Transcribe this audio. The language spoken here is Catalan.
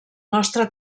nostre